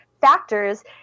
factors